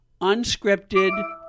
unscripted